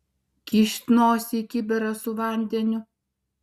kyšt nosį į kibirą su vandeniu